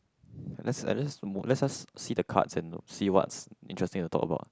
let's I just let us see the cards and see what's interesting to talk about